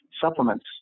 supplements